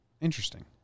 Interesting